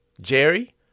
Jerry